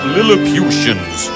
Lilliputians